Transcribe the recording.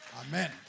Amen